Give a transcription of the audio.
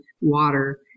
water